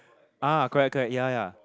ah correct correct ya ya